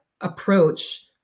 approach